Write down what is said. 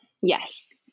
yes